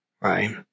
Right